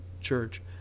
church